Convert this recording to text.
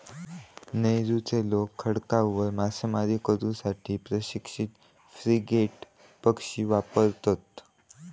नौरूचे लोक खडकांवर मासेमारी करू साठी प्रशिक्षित फ्रिगेट पक्षी वापरतत